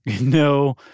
No